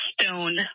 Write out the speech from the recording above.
stone